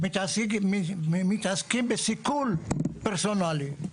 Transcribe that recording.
מתעסקים בסיכול פרסונלי.